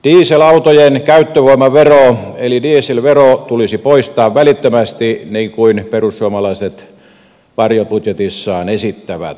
dieselautojen käyttövoimavero eli dieselvero tulisi poistaa välittömästi niin kuin perussuomalaiset varjobudjetissaan esittävät